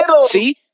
See